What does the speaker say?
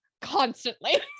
constantly